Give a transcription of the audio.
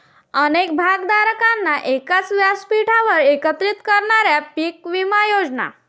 अनेक भागधारकांना एकाच व्यासपीठावर एकत्रित करणाऱ्या पीक विमा योजना